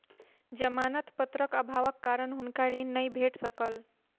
जमानत पत्रक अभावक कारण हुनका ऋण नै भेट सकल